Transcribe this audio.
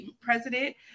president